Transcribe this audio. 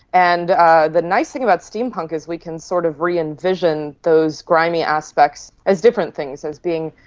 and ah the nice thing about steampunk is we can sort of re-envision those grimy aspects as different things, as being,